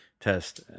test